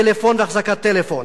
טלפון ואחזקת טלפון,